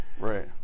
Right